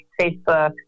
Facebook